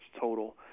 total